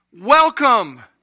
welcome